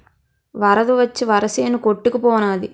వరద వచ్చి వరిసేను కొట్టుకు పోనాది